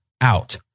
out